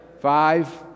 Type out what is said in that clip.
Five